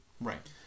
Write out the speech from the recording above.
right